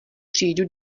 přijdu